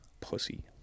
pussy